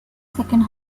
second